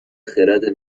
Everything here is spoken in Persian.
خرد